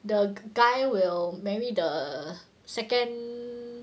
the guy will marry the second